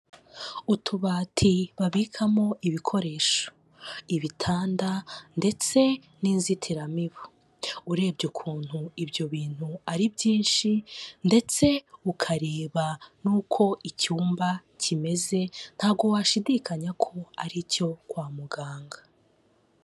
Utubati babikamo ibikoresho, ibitanda ndetse n'inzitiramibu, urebye ukuntu ibyo bintu ari byinshi ndetse ukareba nuko icyumba kimeze ntabwo washidikanya ko ari icyo kwa muganga.